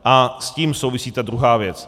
A s tím souvisí ta druhá věc.